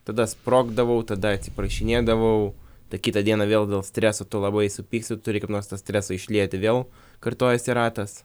tada sprogdavau tada atsiprašinėdavau tai kitą dieną vėl dėl streso tu labai supyksti turi kaip nors tą stresą išlieti vėl kartojasi ratas